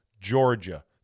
Georgia